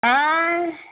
आँइ